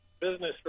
business